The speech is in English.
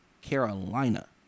Carolina